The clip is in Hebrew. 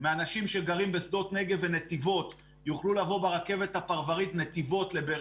שאנשים שגרים בשדות נגב ובנתיבות יוכלו לבוא ברכבת הפרברית נתיבות לבאר